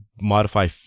modify